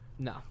No